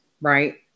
right